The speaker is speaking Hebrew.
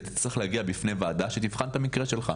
אתה תצטרך להגיע בפני ועדה שתבחן את המקרה שלך,